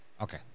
Okay